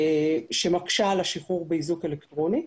שמקשה על השחרור באיזוק אלקטרוני.